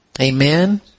amen